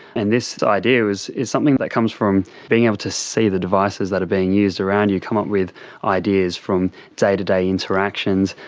and this idea is is something that comes from being able to see the devices that are being used around you, come up with ideas from day-to-day interactions,